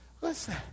Listen